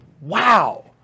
Wow